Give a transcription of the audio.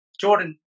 Jordan